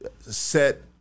set